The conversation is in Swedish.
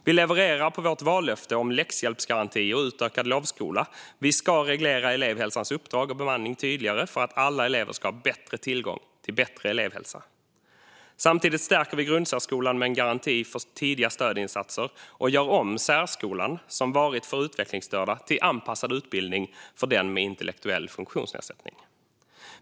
Vi levererar på vårt vallöfte om läxhjälpsgaranti och utökad lovskola. Vi ska reglera elevhälsans uppdrag och bemanning tydligare för att alla elever ska ha bättre tillgång till bättre elevhälsa. Samtidigt stärker vi grundsärskolan med en garanti för tidiga stödinsatser och gör om särskolan som varit för utvecklingsstörda till att bli en anpassad utbildning för den med intellektuell funktionsnedsättning.